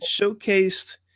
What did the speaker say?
showcased